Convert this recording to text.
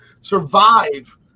survive